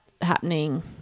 happening